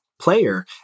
player